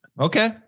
Okay